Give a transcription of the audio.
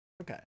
Okay